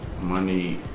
Money